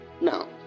now